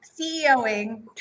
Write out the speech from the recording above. CEOing